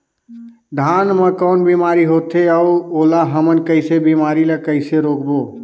धान मा कौन बीमारी होथे अउ ओला हमन कइसे बीमारी ला कइसे रोकबो?